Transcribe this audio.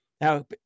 Now